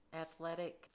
athletic